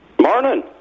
Morning